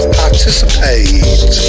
participate